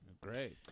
Great